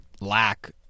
lack